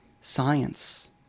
science